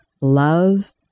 love